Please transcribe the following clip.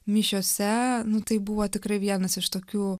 mišiose nu tai buvo tikrai vienas iš tokių